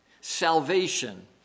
salvation